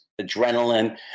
adrenaline